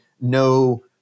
no